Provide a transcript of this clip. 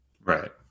Right